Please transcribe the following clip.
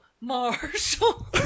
Marshall